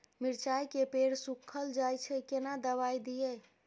मिर्चाय के पेड़ सुखल जाय छै केना दवाई दियै?